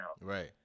Right